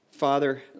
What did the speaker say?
Father